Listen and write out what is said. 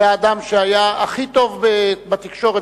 את האדם שהיה הכי טוב בתקשורת,